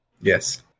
Yes